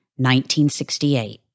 1968